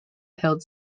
held